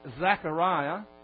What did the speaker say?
Zechariah